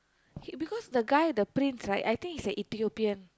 he because the guy the brains right I think he is an Ethiopian